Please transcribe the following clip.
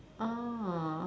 ah